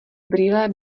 brýle